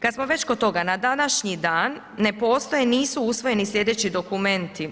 Kad smo već kod toga na današnji dan ne postoji, nisu usvojeni slijedeći dokumenti.